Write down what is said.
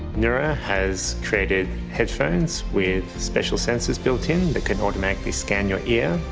nura has created headphones with special sensors built in that can automatically scan your ear,